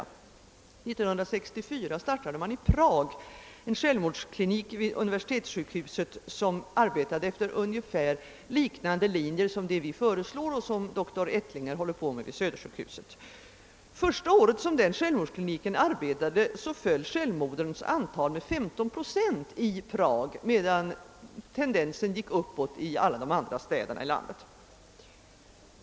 År 1964 startade man i Prag en självmordsklinik vid universitetssjukhuset, vilken arbetade efter linjer liknande dem som vi föreslagit och som dr Ettlinger tillämpar på Södersjukhuset. Under det första året av självmordsklinikens verksamhet sjönk självmordens antal med 15 procent i Prag, medan tendensen gick uppåt i alla de andra städerna i samma land.